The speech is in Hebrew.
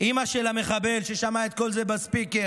האימא של המחבל, ששמעה את כל זה ב-speaker: